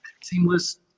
seamless